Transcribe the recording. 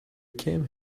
came